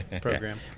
Program